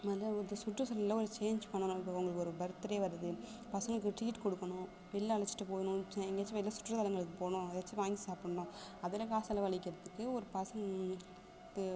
நல்ல இப்போ ஒரு சுற்றுச்சூலலில் ஒரு சேஞ்ச் பண்ணணும் இப்போ உங்களுக்கு ஒரு பர்த்டே வருது பசங்களுக்கு ட்ரீட் கொடுக்கணும் வெளியில அழைச்சிட்டு போகணும் எங்கேயாச்சும் வெளியில சுற்றுலாத்தலங்களுக்கு போகணும் ஏதாச்சும் வாங்கி சாப்பிட்ணும் அதில் காசு செலவழிக்கறதுக்கு ஒரு பசங்க